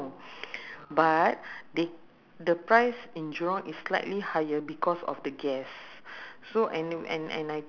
but if I'm outside I don't like to eat rice why because I I always go for noodles because noodles ah you seldom